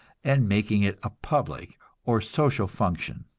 and making it a public or social function.